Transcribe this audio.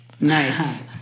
Nice